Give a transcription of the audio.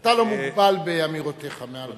אתה לא מוגבל באמירותיך מעל הבמה.